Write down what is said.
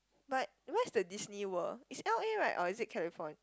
but where's the Disney World is L_A right or is it California